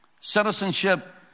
Citizenship